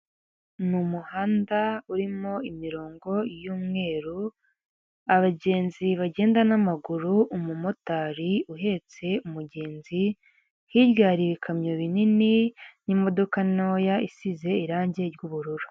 Ni umuhanda urimo imirongo y'umweru, abagenzi bagenda n'amaguru, umumotari uhetse umugenzi, hirya hari ibikamyo binini n'imodoka ntoya isize irangi ry'ubururu.